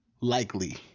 likely